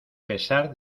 pesar